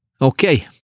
Okay